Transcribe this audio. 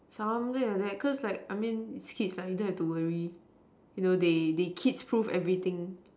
something like that cause like I mean with kids you don't have to worry you know they they kids proof everything